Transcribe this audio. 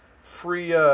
free